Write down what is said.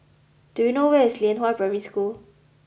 do you know where is Lianhua Primary School